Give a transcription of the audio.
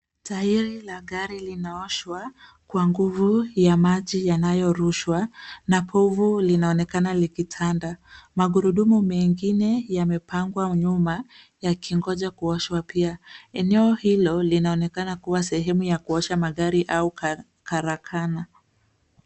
Tairi la gari linaoshwa kwa nguvu ya maji yanayorushwa na povu linaonekana likitanda. Magurudumu mengine yamepangwa nyuma yakingoja kuoshwa pia. Eneo hilo linaonekana kuwa sehemu ya kuosha magari au karakana.